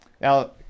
Now